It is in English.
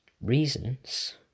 reasons